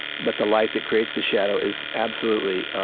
but the light that creates the shadow is absolutely,